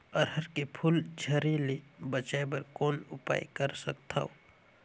अरहर के फूल झरे ले बचाय बर कौन उपाय कर सकथव?